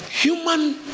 human